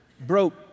broke